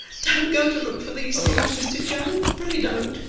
don't go to look for these things, mr joe, pray don't.